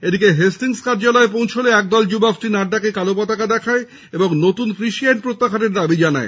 এদিকে হেস্টিংস কার্যালয়ে পৌঁছলে এক দল যুবক শ্রী নাড্ডাকে কালো পতাকা দেখায় এবং নতুন কৃষি আইন প্রত্যাহারের দাবি জানায়